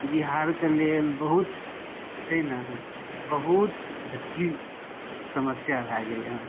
बिहारके लेल बहुत छै ने बहुत जटिल समस्या भऽ गेलै हँ